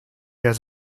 has